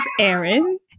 Aaron